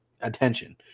attention